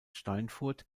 steinfurt